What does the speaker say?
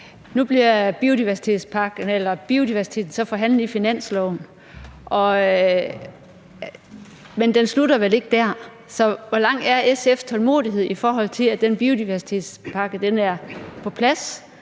Nu bliver biodiversiteten så forhandlet i finansloven, men den slutter vel ikke der. Så hvor stor er SF's tålmodighed i forhold til at få biodiversitetspakken på plads?